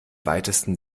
weitesten